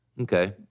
Okay